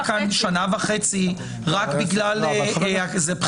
-- שנה וחצי רק בגלל בחירות.